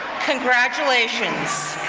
congratulations.